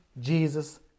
Jesus